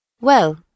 Well